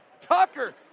Tucker